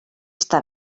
està